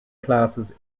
classes